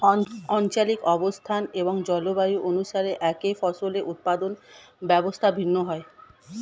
আঞ্চলিক অবস্থান এবং জলবায়ু অনুসারে একই ফসলের উৎপাদন ব্যবস্থা ভিন্ন হয়